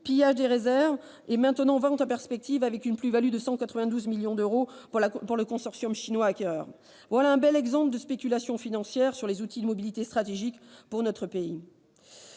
pillage des réserves et, maintenant, une vente en perspective, avec une plus-value de 192 millions d'euros pour le consortium chinois acquéreur. Voilà un bel exemple de spéculation financière sur des outils de mobilité stratégiques pour notre pays